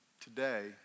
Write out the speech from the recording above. today